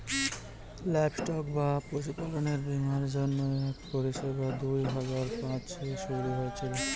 livestock বা পশুপালনের বীমার জন্য এক পরিষেবা দুই হাজার পাঁচে শুরু হয়েছিল